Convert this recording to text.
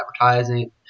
advertising